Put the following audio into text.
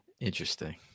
interesting